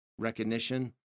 recognition